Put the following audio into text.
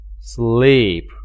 sleep